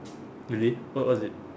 really what what is it